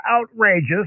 outrageous